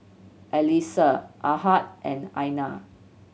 Alyssa Ahad and Aina